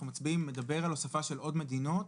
מצביעים מדבר על הוספה של עוד מדינות.